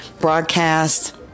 broadcast